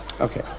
Okay